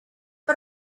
but